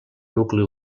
nucli